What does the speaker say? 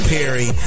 Perry